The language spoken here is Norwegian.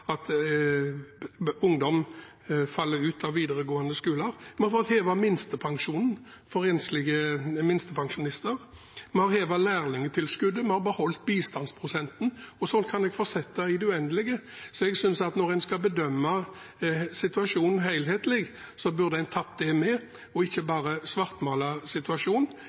at ungdom faller ut av videregående skole, vi har fått hevet minstepensjonen for enslige minstepensjonister, vi har hevet lærlingtilskuddet, og vi har beholdt bistandsprosenten. Slik kan jeg fortsette i det uendelige, så jeg synes at når en skal bedømme situasjonen helhetlig, burde en ta det med og ikke bare svartmale situasjonen.